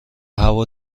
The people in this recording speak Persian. هوا